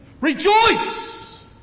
Rejoice